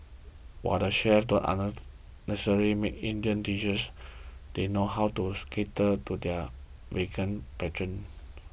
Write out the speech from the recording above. while the chefs don't make Indian dishes they know how to cater to their vegan patrons